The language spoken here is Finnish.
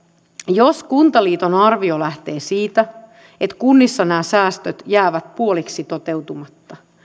jos kuntaliiton arvio lähtee siitä että kunnissa nämä säästöt jäävät puoliksi toteutumatta